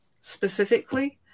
specifically